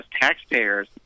taxpayers